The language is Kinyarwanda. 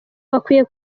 bakwiye